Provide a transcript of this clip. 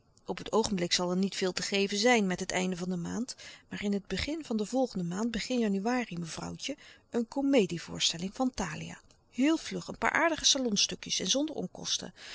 op het oogenblik zal er niet veel te geven zijn met het einde van de maand maar in het begin van de volgende maand begin januari mevrouwtje een komedie voorstelling van thalia heel vlug een paar aardige salonstukjes en zonder onkosten